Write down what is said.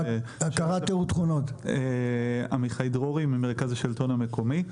אני עמיחי דרורי ממרכז השלטון המקומי.